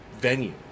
venue